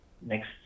next